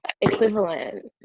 equivalent